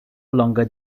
longer